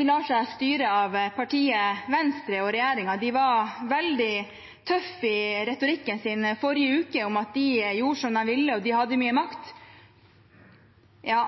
lar seg styre av partiet Venstre og regjeringen. De var veldig tøffe i retorikken sin i forrige uke om at de gjorde som de ville, og at de hadde mye makt. Ja,